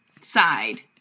side